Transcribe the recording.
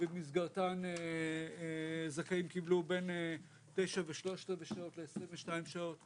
שבמסגרתן זכאים קיבלו בין תשע ושלושת-רבעי שעות ל-22 שעות,